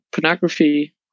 pornography